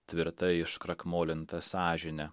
tvirtai iškrakmolinta sąžine